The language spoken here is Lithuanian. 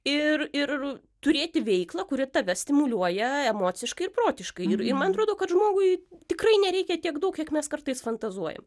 ir ir turėti veiklą kuri tave stimuliuoja emociškai ir protiškai ir man atrodo kad žmogui tikrai nereikia tiek daug kiek mes kartais fantazuojam